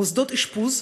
במוסדות אשפוז,